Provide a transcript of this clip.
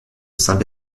saint